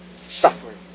suffering